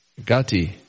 Gati